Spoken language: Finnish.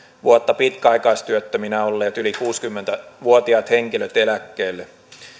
vuotta pitkäaikaistyöttöminä olleet yli kuusikymmentä vuotiaat henkilöt eläkkeelle